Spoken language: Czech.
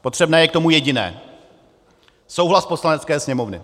Potřebné je k tomu jediné souhlas Poslanecké sněmovny.